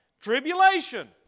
tribulation